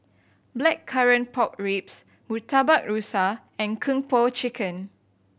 Blackcurrant Pork Ribs Murtabak Rusa and Kung Po Chicken